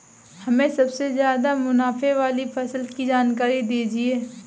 हमें सबसे ज़्यादा मुनाफे वाली फसल की जानकारी दीजिए